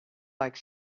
like